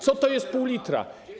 Co to jest pół litra?